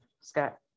Scott